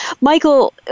Michael